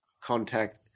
contact